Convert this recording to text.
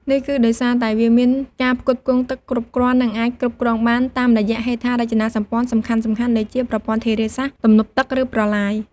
នេះគឺដោយសារតែវាមានការផ្គត់ផ្គង់ទឹកគ្រប់គ្រាន់ និងអាចគ្រប់គ្រងបាន តាមរយៈហេដ្ឋារចនាសម្ព័ន្ធសំខាន់ៗដូចជា ប្រព័ន្ធធារាសាស្ត្រ ទំនប់ទឹក ឬប្រឡាយ។